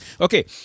Okay